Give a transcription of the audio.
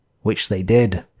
which they did.